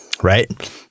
Right